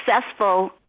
successful